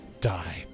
die